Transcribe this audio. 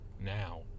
now